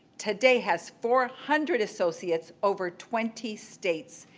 today has four hundred associates over twenty states.